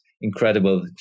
incredible